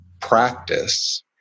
practice